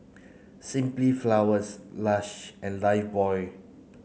Simply Flowers Lush and Lifebuoy